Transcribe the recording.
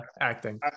acting